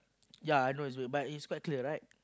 yea I know but it's quite clear right